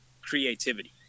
creativity